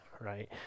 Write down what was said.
right